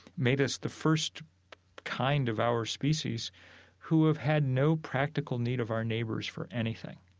made us the first kind of our species who've had no practical need of our neighbors for anything.